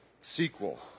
sequel